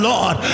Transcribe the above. Lord